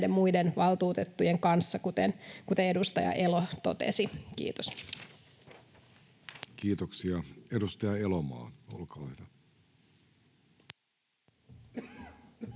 muiden valtuutettujen kanssa, kuten edustaja Elo totesi. — Kiitos. Kiitoksia. — Edustaja Elomaa, olkaa hyvä.